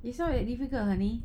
it's not that difficult honey